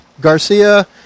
Garcia